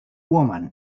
woman